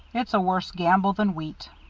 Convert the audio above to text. it's a worse gamble than wheat.